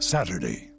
Saturday